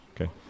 Okay